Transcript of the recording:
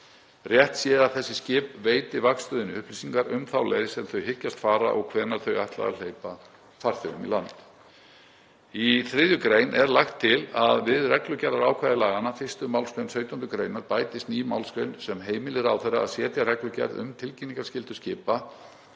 Rétt sé að þessi skip veiti vaktstöðinni upplýsingar um þá leið sem þau hyggjast fara og hvenær þau ætla að hleypa farþegum í land. Í 3. gr. er lagt til að við reglugerðarákvæði laganna í 1. mgr. 17. gr. bætist ný málsgrein sem heimili ráðherra að setja reglugerð um tilkynningarskyldu skipa,